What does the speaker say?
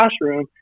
classroom